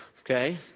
Okay